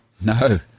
No